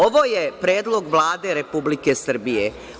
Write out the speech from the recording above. Ovo je predlog Vlade Republike Srbije.